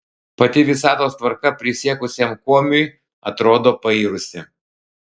pati visatos tvarka prisiekusiam komiui atrodo pairusi